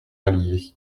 allier